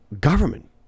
government